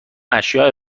اشیاء